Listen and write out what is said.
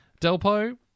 Delpo